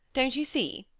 don't you see?